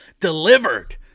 delivered